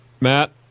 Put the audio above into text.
Matt